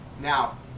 Now